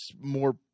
more